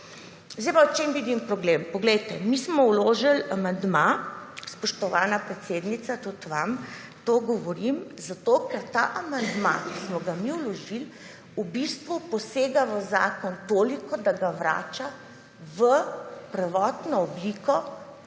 V čem vidim problem? Poglejte, mi smo vložili amandma, spoštovana predsednica tudi vam to govorim, zato, ker ta amandma, ki smo ga mi vložili, v bistvu posega v zakon toliko, da ga vrača v prvotno obliko,